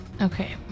okay